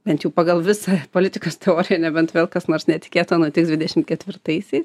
bent jau pagal visą politikos teoriją nebent vėl kas nors netikėta nutiks dvidešimt ketvirtaisiais